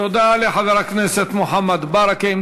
תודה לחבר הכנסת מוחמד ברכה.